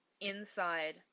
inside